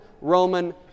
Roman